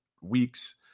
weeks